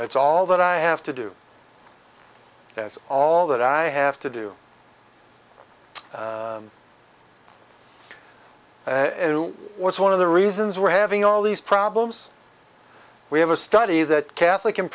it's all that i have to do that's all that i have to do and to was one of the reasons we're having all these problems we have a study that catholic and